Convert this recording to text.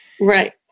Right